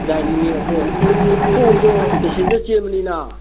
ꯒꯥꯔꯤ ꯑꯗꯣ ꯊꯣꯡꯗꯣ ꯄꯦꯁꯦꯟꯖꯔ ꯆꯦꯟꯕꯅꯤꯅ